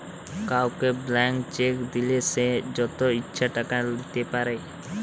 কাউকে blank cheque দিলে সে যত ইচ্ছা টাকা লিতে পারে